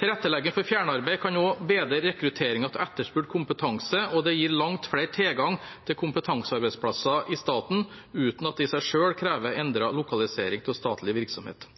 Tilrettelegging for fjernarbeid kan også bedre rekrutteringen av etterspurt kompetanse, og det gir langt flere tilgang til kompetansearbeidsplasser i staten uten at det i seg selv krever endret lokalisering av